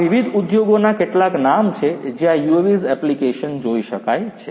આ વિવિધ ઉદ્યોગોના કેટલાક નામ છે જ્યાં UAVs એપ્લિકેશન જોઈ શકાય છે